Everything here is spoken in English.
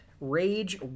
Rage